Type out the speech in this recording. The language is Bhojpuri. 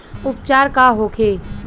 उपचार का होखे?